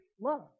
love